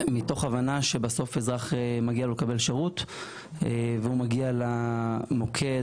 מתוך הבנה שבסוף לאזרח מגיע שירות והוא מגיע למוקד,